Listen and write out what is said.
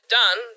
done